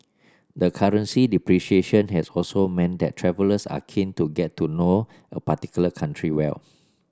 the currency depreciation has also meant that travellers are keen to get to know a particular country well